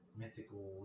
mythical